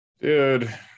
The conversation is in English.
Dude